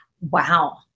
Wow